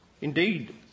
Indeed